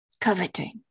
coveting